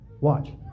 Watch